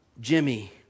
Jimmy